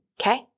Okay